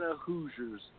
Hoosiers